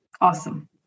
Awesome